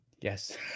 Yes